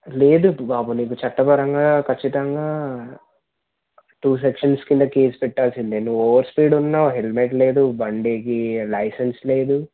లేదు బాబు నీకు చట్టపరంగా ఖచ్చితంగా టూ సెక్షన్స్ కింద కేస పెట్టాల్సిందే నువ్వు ఓవర్ స్పీడ్ ఉన్నావ్ హెల్మెట్ లేదు బండికి లైసెన్స్ లేదు